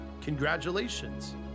congratulations